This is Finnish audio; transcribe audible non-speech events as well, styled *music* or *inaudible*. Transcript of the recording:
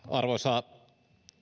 *unintelligible* arvoisa